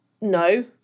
no